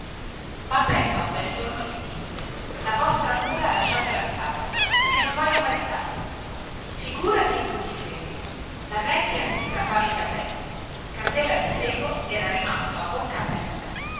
ma peppa un bel giorno gli disse la vostra mula lasciatela stare perchè non voglio maritarmi il povero candela di sego rimase sbalordito e